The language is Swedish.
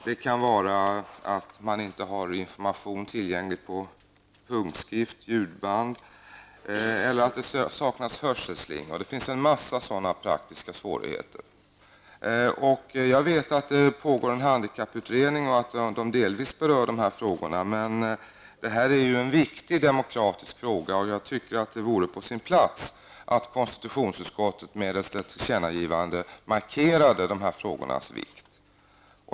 Det kan vara att man inte har information på punktskrift och ljudband eller att det saknas hörselslingor. Det finns många sådana praktiska svårigheter. Jag vet att det pågår en handikapputredning som delvis berör de här frågorna. Men det är ju en viktig demokratisk fråga och jag tycker att det vore på sin plats att konstitutionsutskottet med ett tillkännagivande markerade de här frågornas vikt.